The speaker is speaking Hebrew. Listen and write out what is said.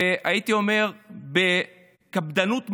והייתי אומר בקפדנות מחרידה,